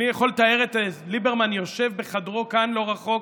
אני יכול לתאר את ליברמן יושב בחדרו כאן, לא רחוק,